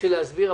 תתחיל להסביר.